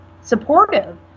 supportive